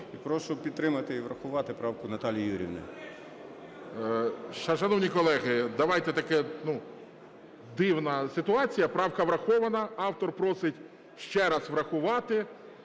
І прошу підтримати, і врахувати правку Наталії Юріївни.